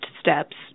steps